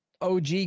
og